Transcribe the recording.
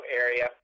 area